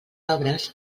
obres